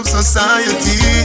society